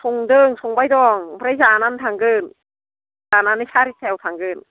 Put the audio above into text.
संदों संबाय दं आमफ्राय जानानै थांगोन जानानै सारिथायाव थांगोन